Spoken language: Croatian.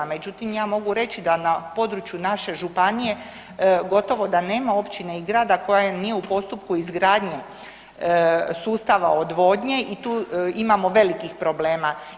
Međutim, ja mogu reći da na području naše županije gotovo da nema općine i grada koja nije u postupku izgradnje sustava odvodnje i tu imamo velikih problema.